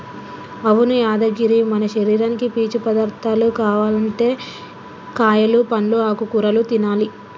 అవును యాదగిరి మన శరీరానికి పీచు పదార్థాలు కావనంటే కాయలు పండ్లు ఆకుకూరలు తినాలి